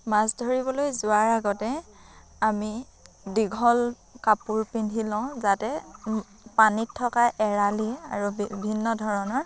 মাছ ধৰিবলৈ যোৱাৰ আগতে আমি দীঘল কাপোৰ পিন্ধি লওঁ যাতে পানীত থকা এৰালি আৰু বিভিন্ন ধৰণৰ